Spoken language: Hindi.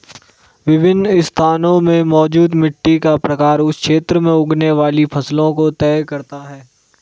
विभिन्न स्थानों में मौजूद मिट्टी का प्रकार उस क्षेत्र में उगने वाली फसलों को तय करता है